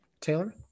taylor